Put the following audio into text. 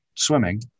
Swimming